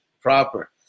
proper